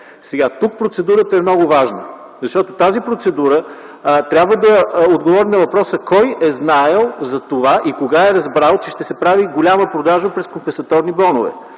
Тук процедурата е много важна, защото тази процедура трябва да отговори на въпроса кой е знаел за това и кога е разбрал, че ще се прави голяма продажба през компенсаторни бонове.